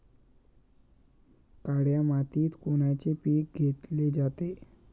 काळ्या मातीत कोनचे पिकं घेतले जाते?